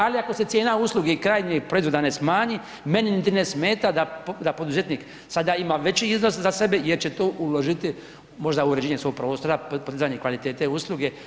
Ali ako se cijena usluge krajnjeg proizvoda ne smanji meni niti ne smeta da poduzetnik sada ima veći iznos za sebe jer će to uložiti možda u uređenje svog prostora, podizanje kvalitete usluge.